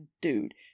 dude